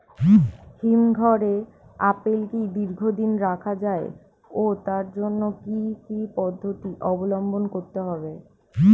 হিমঘরে আপেল কি দীর্ঘদিন রাখা যায় ও তার জন্য কি কি পদ্ধতি অবলম্বন করতে হবে?